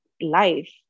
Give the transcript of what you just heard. life